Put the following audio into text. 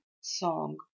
song